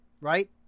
right